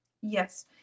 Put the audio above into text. Yes